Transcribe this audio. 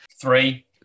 Three